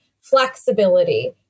flexibility